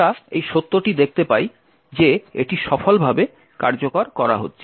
আমরা এই সত্যটি দেখতে পাই যে এটি সফলভাবে কার্যকর করা হচ্ছে